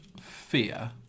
fear